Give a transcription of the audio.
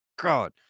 God